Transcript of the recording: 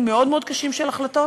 רגע,